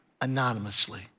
anonymously